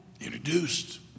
introduced